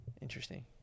Interesting